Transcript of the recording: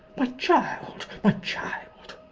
my child! my child!